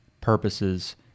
purposes